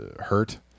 hurt